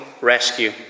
rescue